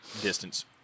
distance